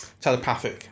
telepathic